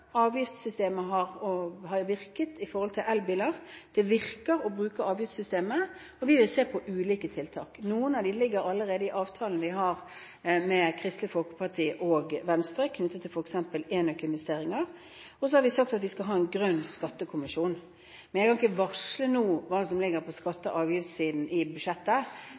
Avgiftssystemet har bl.a. virket i forhold til elbiler. Det virker å bruke avgiftssystemet, og vi vil se på ulike tiltak. Noen av dem ligger allerede i avtalen vi har med Kristelig Folkeparti og Venstre knyttet til f.eks. enøkinvesteringer. Og så har vi sagt at vi skal ha en grønn skattekommisjon. Men jeg kan ikke varsle nå hva som ligger på skatte- og avgiftssiden i budsjettet,